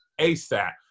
ASAP